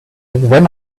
when